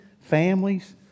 families